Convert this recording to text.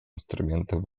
инструментом